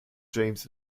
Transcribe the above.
james